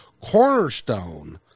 cornerstone